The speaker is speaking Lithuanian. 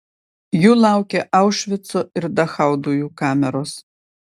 jų laukė aušvico ir dachau dujų kameros